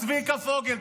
אז צביקה פוגל,